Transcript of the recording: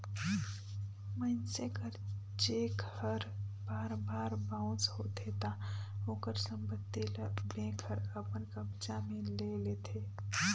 मइनसे कर चेक हर बार बार बाउंस होथे ता ओकर संपत्ति ल बेंक हर अपन कब्जा में ले लेथे